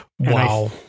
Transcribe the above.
Wow